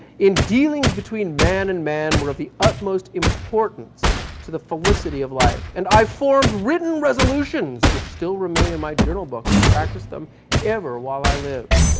in dealings between man and man were of the utmost importance to the felicity of life. and i formed written resolutions which still remain in my journal book to practice them ever while i live.